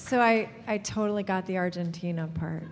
so i i totally got the argentina part